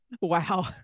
Wow